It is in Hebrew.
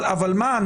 אבל מה,